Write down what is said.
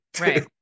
right